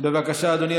בבקשה, אדוני.